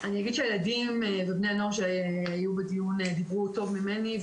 אגיד שהילדים ובני הנוער שהיו בדיון דיברו טוב ממני,